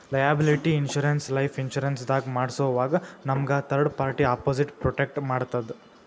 liability insurance life insurance ದಾಗ್ ಮಾಡ್ಸೋವಾಗ್ ನಮ್ಗ್ ಥರ್ಡ್ ಪಾರ್ಟಿ ಅಪೊಸಿಟ್ ಪ್ರೊಟೆಕ್ಟ್ ಮಾಡ್ತದ್